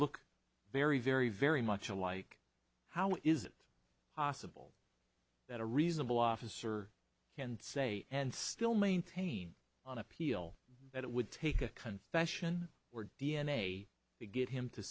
look very very very much alike how is it possible that a reasonable officer can say and still maintain on appeal that it would take a confession or d n a to get him to